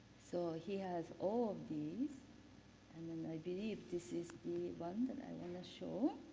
so, he has all these and and i believe this is the one that i want to show.